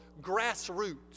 grassroots